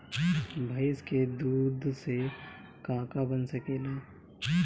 भइस के दूध से का का बन सकेला?